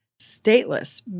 stateless